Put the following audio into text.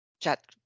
chat